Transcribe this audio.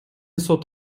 сот